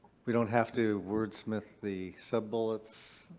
we don't have to wordsmith the sub-bullets,